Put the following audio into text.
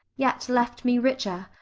yet left me richer,